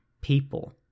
people